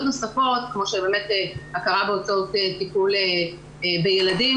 נוספות כמו הכרה בהוצאות טיפול בילדים,